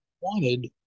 wanted